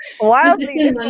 Wildly